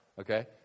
Okay